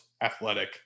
Athletic